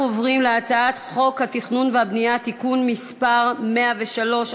אנחנו עוברים להצעת חוק התכנון והבנייה (תיקון מס' 103),